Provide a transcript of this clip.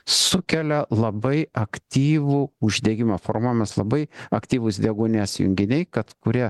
sukelia labai aktyvų uždegimą formuojamas labai aktyvūs deguonies junginiai kad kurie